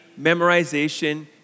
memorization